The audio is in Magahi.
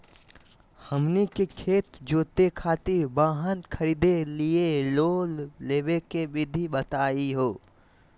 हमनी के खेत जोते खातीर वाहन खरीदे लिये लोन लेवे के विधि बताही हो?